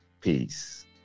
Peace